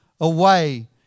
away